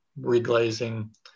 reglazing